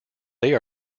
they